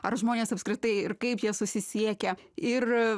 ar žmonės apskritai ir kaip jie susisiekia ir a